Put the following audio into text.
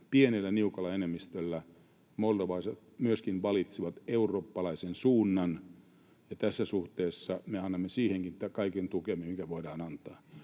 Pienellä, niukalla enemmistöllä moldovalaiset myöskin valitsivat eurooppalaisen suunnan, ja tässä suhteessa me annamme siihenkin kaiken tukemme, mikä voidaan antaa.